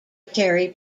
carry